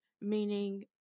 meaning